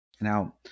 Now